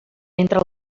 entre